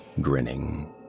grinning